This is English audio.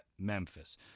Memphis